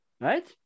right